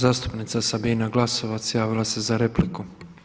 Zastupnica Sabina Glasovac javila se za repliku.